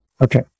Okay